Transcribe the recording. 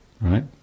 Right